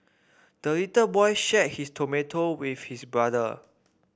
the little boy shared his tomato with his brother